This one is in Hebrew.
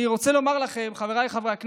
אני רוצה לומר לכם, חבריי חברי הכנסת,